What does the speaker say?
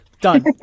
Done